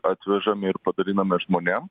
atvežam ir padaliname žmonėm